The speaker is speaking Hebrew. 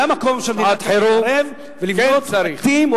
זה המקום שצריך להתערב ולבנות בתים,